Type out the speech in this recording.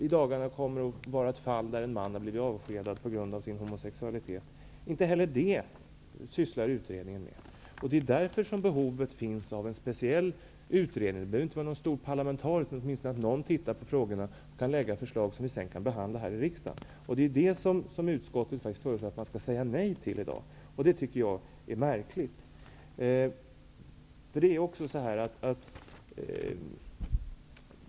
I dagarna var det ett fall med en man som blev avskedad på grund av sin homosexualitet. Inte heller sådana frågor sysslar utredningen med. Det är därför det finns ett behov av en speciell utredning. Det behöver inte vara en stor parlamentarisk utredning, men åtminstone någon bör se över frågorna och lägga fram förslag som sedan kan behandlas i riksdagen. Utskottet föreslår i dag ett nej till något sådant. Jag tycker att det är märkligt.